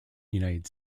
united